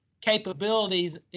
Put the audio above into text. capabilities